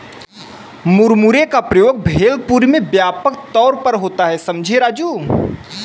मुरमुरे का प्रयोग भेलपुरी में व्यापक तौर पर होता है समझे राजू